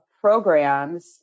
programs